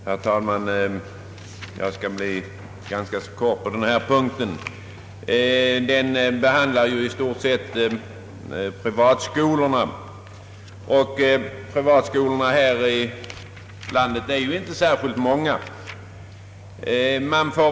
Herr talman! Jag skall bli ganska kortfattad i fråga om denna punkt, som i stort sett behandlar privatskolorna. Dessa skolor är ju här i landet inte särskilt många.